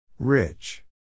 Rich